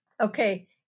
okay